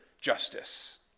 justice